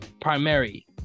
primary